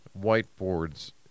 whiteboards